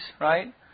right